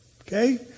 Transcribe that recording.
Okay